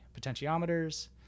potentiometers